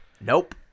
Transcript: Nope